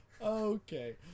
Okay